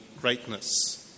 greatness